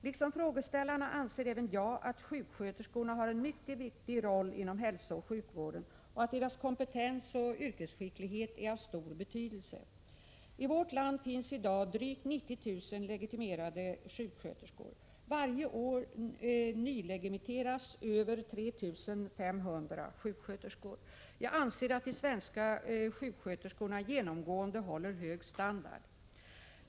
Liksom frågeställarna anser även jag att sjuksköterskorna har en mycket viktig roll inom hälsooch sjukvården och att deras kompetens och yrkesskicklighet är av stor betydelse. I vårt land finns i dag drygt 90 000 legitimerade sjuksköterskor. Varje år nylegitimeras över 3 500 sjuksköterskor. Jag anser att de svenska sjuksköterskorna genomgående håller hög standard.